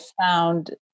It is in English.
found